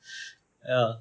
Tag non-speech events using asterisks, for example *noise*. *laughs* ya